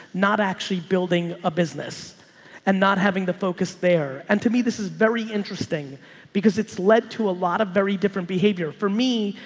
not actually building a business and not having the focus there. and to me this is very interesting because it's led to a lot of very different behavior. for me,